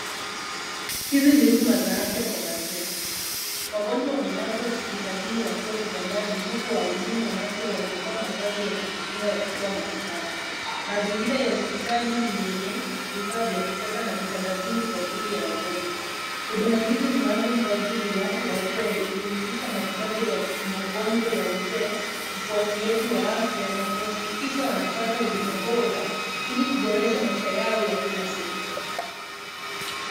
Hizi ni huduma za afya kwa wazee. Wagonjwa wamelazwa hospitalini wakiwa kitandani huku wahudumu wa afya waliovaa mavazi ya kujikinga wakitoa matibabu. Mazingira ya hospitali ni yenye vifaa vya kisasa na vitanda vingi kwa ajili ya wagonjwa. Huduma hizi ni maalum kwa ajili ya wazee ikihusisha matibabu ya magonjwa ya uzee na ufuatiliaji wa afya na kuhakikisha wanapata huduma bora ili kuboresha maisha yao ya kila siku.